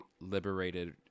liberated